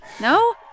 No